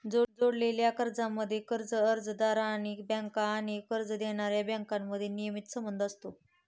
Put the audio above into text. जोडलेल्या कर्जांमध्ये, कर्ज अर्जदार आणि बँका आणि कर्ज देणाऱ्या बँकांमध्ये नियमित संबंध असतो